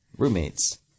roommates